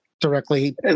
Directly